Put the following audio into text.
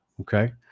Okay